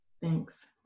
Thanks